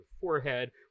forehead